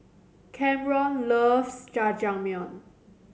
Kamron loves Jajangmyeon